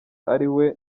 ariwe